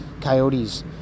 coyotes